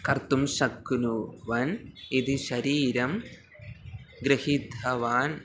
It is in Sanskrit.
कर्तुं शक्नुवन् यदि शरीरं गृहीतवान्